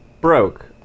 broke